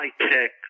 high-tech